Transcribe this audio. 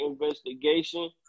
investigation